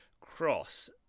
cross